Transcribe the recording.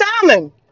salmon